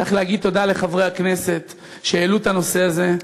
צריך להגיד תודה לחברי הכנסת שהעלו את הנושא הזה.